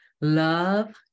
Love